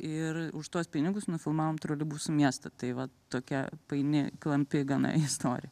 ir už tuos pinigus nufilmavom troleibusų miestą tai va tokia paini klampi gana istorija